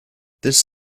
this